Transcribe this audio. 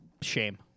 Shame